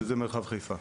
ששייכת למרחב חיפה.